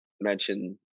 mention